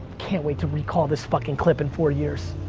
can't wait to recall this fuckin' clip in four years.